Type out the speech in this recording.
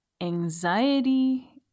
anxiety